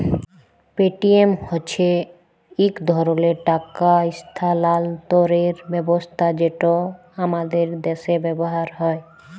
Paytm হছে ইক ধরলের টাকা ইস্থালাল্তরের ব্যবস্থা যেট আমাদের দ্যাশে ব্যাভার হ্যয়